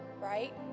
Right